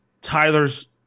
Tyler's